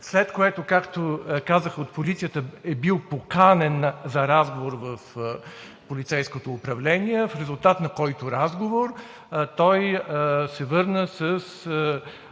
след което, както казаха от полицията, е бил поканен за разговор в полицейското управление, в резултат на който той се върна със